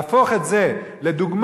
להפוך את זה לדוגמה,